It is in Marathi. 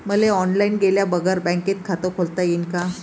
मले ऑनलाईन गेल्या बगर बँकेत खात खोलता येईन का?